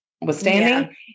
Withstanding